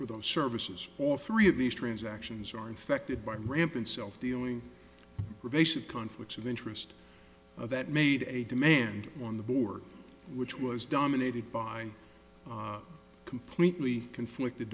for those services all three of these transactions are infected by rampant self dealing with basic conflicts of interest that made a demand on the board which was dominated by completely conflicted